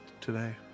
today